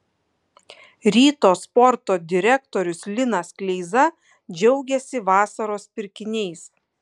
ryto sporto direktorius linas kleiza džiaugėsi vasaros pirkiniais